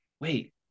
wait